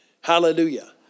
hallelujah